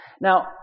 Now